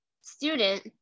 student